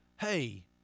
hey